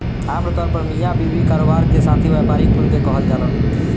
आमतौर पर मिया बीवी, कारोबार के साथी, व्यापारी कुल के कहल जालन